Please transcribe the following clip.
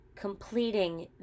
completing